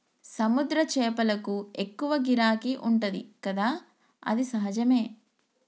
సముద్ర చేపలకు ఎక్కువ గిరాకీ ఉంటది కదా అది సహజమే